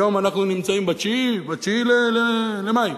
היום אנחנו נמצאים ב-9, ב-9 למאי?